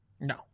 No